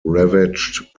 ravaged